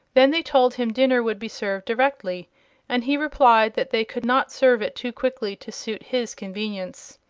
then they told him dinner would be served directly and he replied that they could not serve it too quickly to suit his convenience.